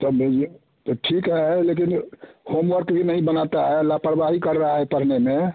तब भेजिए तो ठीक है लेकिन होमवर्क भी नहीं बनाता है लापरवाही कर रहा है पढ़ने में